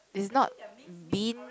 is not bean